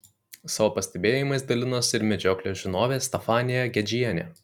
savo pastebėjimais dalinosi ir medžioklės žinovė stefanija gedžienė